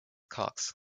cox